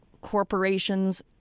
corporations